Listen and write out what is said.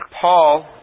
Paul